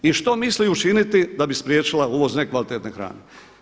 I što misli učiniti da bi spriječila uvoz nekvalitetne hrane?